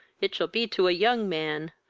it shall be to a young man,